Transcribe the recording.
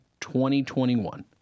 2021